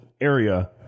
area